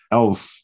else